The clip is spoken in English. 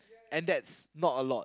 and that's not a lot